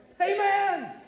Amen